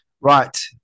right